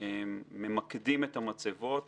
אנחנו ממקדים את המצבות